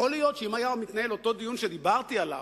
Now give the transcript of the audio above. יכול להיות שאם היה מתנהל אותו דיון שדיברתי עליו,